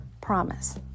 promise